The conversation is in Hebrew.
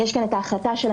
תודה.